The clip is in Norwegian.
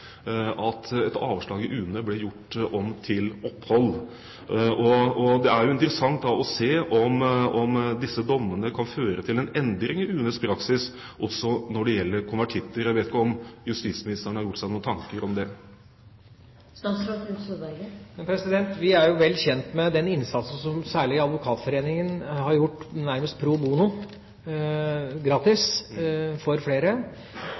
at et avslag i UNE ble gjort om til opphold. Det er interessant å se om disse dommene kan føre til en endring i UNEs praksis også når det gjelder konvertitter. Jeg vet ikke om justisministeren har gjort seg noen tanker om det. Vi er vel kjent med den innsatsen som særlig Advokatforeningen har gjort nærmest pro bono, gratis, for flere.